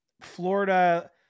Florida